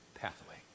pathway